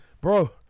bro